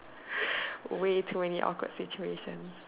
way too many awkward situations